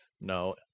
no